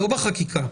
לא בחקיקה,